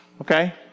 okay